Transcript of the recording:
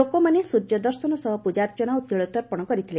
ଲୋକମାନେ ସ୍ପର୍ଯ୍ୟ ଦର୍ଶନ ସହ ପ୍ଜାର୍ଚ୍ନା ଓ ତିଳତର୍ପଣ କରିଥିଲେ